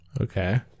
Okay